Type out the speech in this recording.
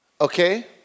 okay